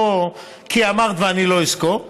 לא כי אמרת ואני לא אזכור,